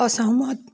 असहमत